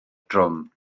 drwm